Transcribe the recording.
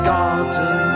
garden